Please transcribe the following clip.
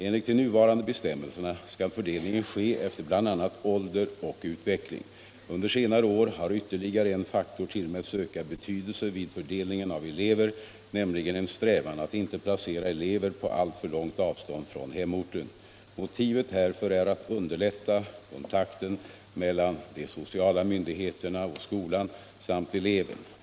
Enligt de nuvarande bestämmelserna skall fördelningen ske efter bl.a. ålder och utveckling. Under senare år har ytterligare en faktor tillmätts ökad betydelse vid fördelningen av elever, nämligen en strävan att inte placera elever på alltför långt avstånd från hemorten. Motivet härför är att underlätta kontakten mellan de sociala myndigheterna och skolan samt eleven.